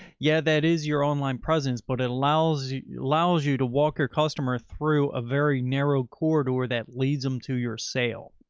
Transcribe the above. yeah. that is your online presence, but it allows, you allows you to walk your customer through a very narrow corridor that leads them to your sale.